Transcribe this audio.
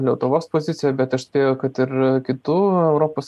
lietuvos pozicija bet aš spėju kad ir kitų europos